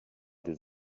des